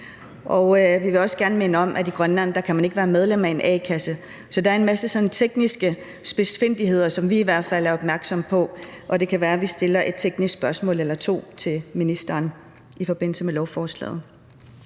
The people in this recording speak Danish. og vi vil også gerne minde om, at man ikke i Grønland kan være medlem af en a-kasse. Så der er sådan en masse tekniske spidsfindigheder, som vi i hvert fald er opmærksomme på, og det kan være, at vi stiller et teknisk spørgsmål eller to til ministeren i forbindelse med lovforslaget.